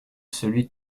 celui